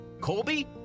Colby